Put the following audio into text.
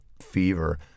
Fever